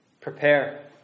Prepare